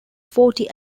forty